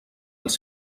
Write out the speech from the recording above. els